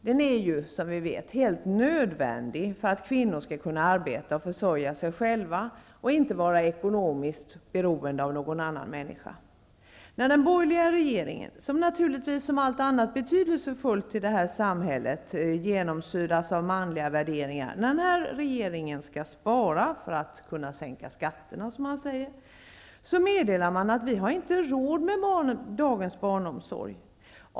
Den är som bekant helt nödvändig för att kvinnor skall kunna arbeta och försörja sig själva och inte vara ekonomiskt beroende av någon annan. När den borgerliga regeringen, som naturligtvis som allt annat betydelsefullt i samhället genomsyras av manliga värderingar, skall spara för att, som man säger, kunna sänka skatterna meddelar man: Vi har inte råd med dagens barnomsorg.